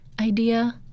idea